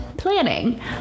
planning